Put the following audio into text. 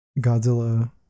Godzilla